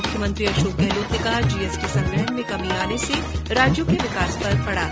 मुख्यमंत्री अशोक गहलोत ने कहा कि जीएसटी संग्रहण में कमी आने से राज्यों के विकास पर भी असर पडा है